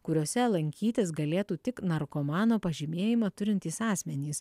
kuriose lankytis galėtų tik narkomano pažymėjimą turintys asmenys